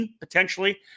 potentially